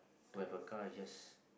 to have a car is just